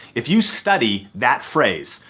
if you study that phrase,